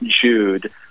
Jude